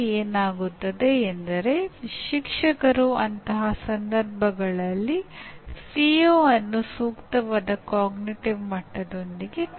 ಏಕೆಂದರೆ ಈ ನಿರ್ದಿಷ್ಟ ದೃಷ್ಟಿಕೋನವು 20ನೇ ಶತಮಾನದ ಆರಂಭದಲ್ಲಿ ಅಸ್ತಿತ್ವಕ್ಕೆ ಬಂದಿತ್ತು